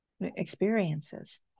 experiences